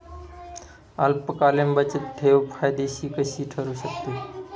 अल्पकालीन बचतठेव फायद्याची कशी ठरु शकते?